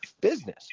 business